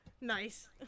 Nice